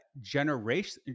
generation